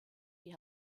die